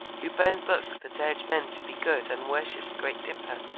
who burn books that urge men to be good and worship the great dipper,